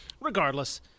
regardless